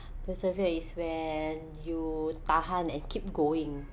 persevere is when you tahan and keep going